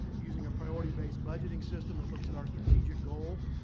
using a priority-based budgeting system that looks at our strategic goal,